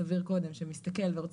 בנדיבות ובדאגה של מנהלת הוועדה,